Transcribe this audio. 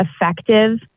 effective